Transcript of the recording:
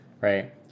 Right